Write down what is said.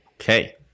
Okay